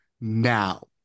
now